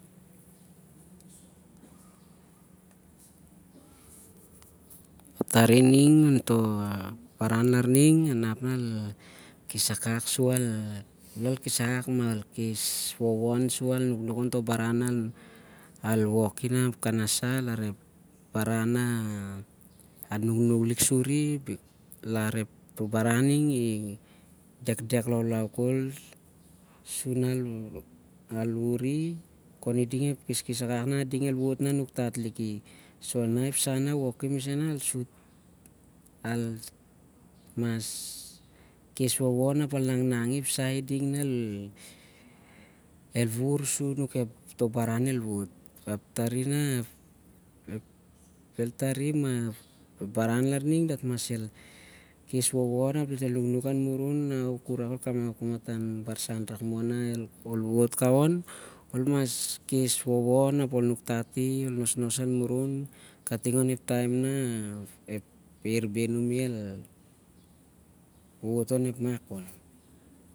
Tari ning ontoh baran nah larning al kes wovon sur al nuknuk ontoh baran nah ol woki nah kanasa larep baran nah nuknuk lik suri lar toh baran nin i- dekdek laulau khol sur nah al wuri. Khon iding ep kheskhes akak nah el wot nah nuktat liki. so nah ep sha nah al mas nangnang i- ep sah nah el baran el wo't ap tari, nah ep baran larning dat el mas kes wovon ap ol nuknuk anmurun nah irak ol kamap ep kamatan barsan rak moh nah ol wo't kaon, ol mas kes wovon ap al nuktat i ap ol nos anmurun kating nah ep helierbeh anum el wo't on.